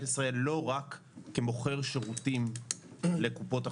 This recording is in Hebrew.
ישראל לא רק כמוכר שירותים לקופות החולים,